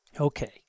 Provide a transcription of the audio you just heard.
Okay